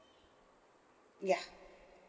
yeah